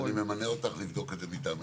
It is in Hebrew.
אז אני ממנה אותך לבדוק את זה מטעמנו.